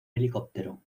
helicóptero